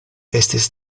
estis